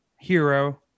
hero